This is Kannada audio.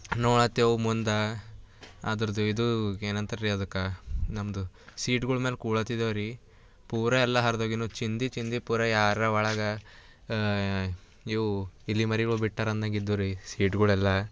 ನೋಡ್ಲಾತೇವು ಮುಂದೆ ಅದ್ರುದು ಇದು ಏನಂತಾರ್ರಿ ಅದಕ್ಕೆ ನಮ್ಮದು ಸೀಟ್ಗುಳ ಮ್ಯಾಲೆ ಕೂಳತಿದೇವರಿ ಪೂರ ಎಲ್ಲ ಹರಿದೋಗಿನು ಚಿಂದಿ ಚಿಂದಿ ಪೂರ ಯಾರರ ಒಳಗೆ ಇವು ಇಲಿ ಮರಿಗೊಳು ಬಿಟ್ಟಾರನ್ನಂಗೆ ಇದ್ದವುರೀ ಸೀಟುಗಳೆಲ್ಲ